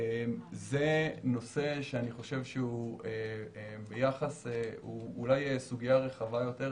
זה נושא שהוא אולי סוגיה רחבה יותר.